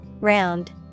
Round